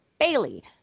Bailey